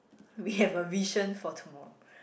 we have a vision for tomorrow